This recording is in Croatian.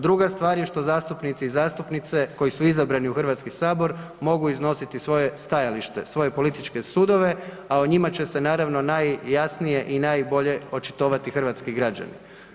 Druga stvar je što zastupnici i zastupnice koji su izabrani u Hrvatski sabor mogu iznositi svoje stajalište, svoje političke sudove a o njima će se naravno najjasnije i najbolje očitovati hrvatski građani.